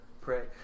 pray